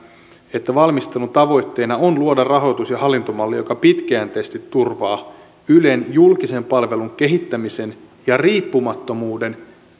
että valmistelun tavoitteena on luoda rahoitus ja hallintomalli joka pitkäjänteisesti turvaa ylen julkisen palvelun kehittämisen ja riippumattomuuden